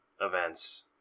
events